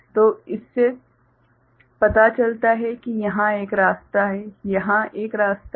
तो इससे पता चलता है कि यहाँ एक रास्ता है यहाँ एक रास्ता है